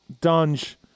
Dunge